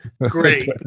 Great